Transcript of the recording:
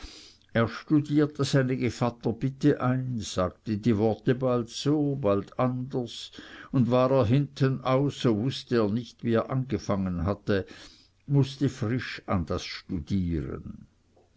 er studierte seine gevatterbitte ein sagte die worte bald so bald anders und war er hinten aus so wußte er nicht wie er angefangen hatte mußte frisch an das studieren